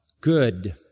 good